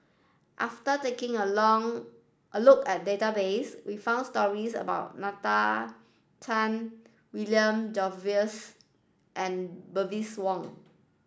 after taking a long a look at the database we found stories about Nalla Tan William Jervois and Bernice Wong